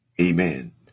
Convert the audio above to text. Amen